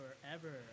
forever